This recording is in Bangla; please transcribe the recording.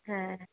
হ্যাঁ